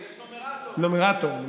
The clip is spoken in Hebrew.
נומרטור, יש נומרטור.